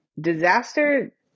disaster